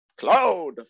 Cloud